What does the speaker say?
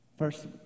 First